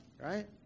Right